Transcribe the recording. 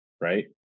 right